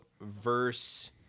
verse